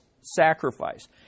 sacrifice